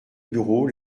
bureau